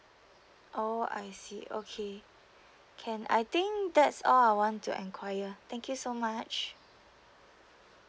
oh I see okay can I think that's all I want to enquiry thank you so much